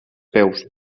peus